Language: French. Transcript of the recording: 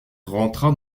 rentra